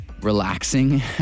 relaxing